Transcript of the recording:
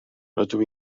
rydw